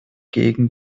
gegen